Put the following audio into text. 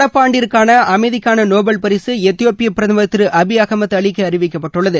நடப்பாண்டிற்கான அமைதிக்கான நோபல் பரிசு எத்தியோப்பியா பிரதமா் திரு அபி அகமத் அலிக்கு அறிவிக்கப்பட்டுள்ளது